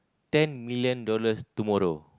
ten million dollars tomorrow